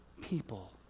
people